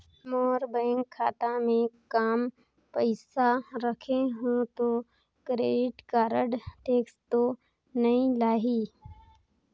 मोर bank खाता मे काम पइसा रखे हो तो क्रेडिट कारड टेक्स तो नइ लाही???